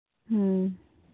ᱦᱮᱸ